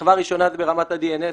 שכבה ראשונה זה ברמת ה-DNS,